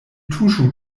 tuŝu